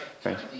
Thanks